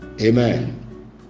amen